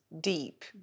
deep